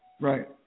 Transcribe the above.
Right